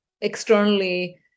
externally